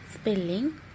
Spelling